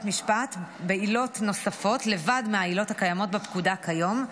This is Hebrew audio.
משפט בעילות נוספות לבד מהעילות הקיימות בפקודה כיום,